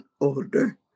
older